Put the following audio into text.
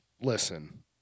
listen